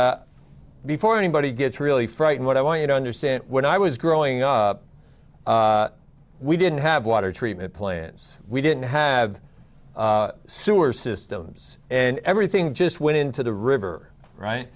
before anybody gets really frightened what i want you to understand when i was growing up we didn't have water treatment plants we didn't have sewer systems and everything just went into the river right